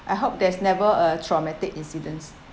I hope there's never a traumatic incidents